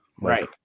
right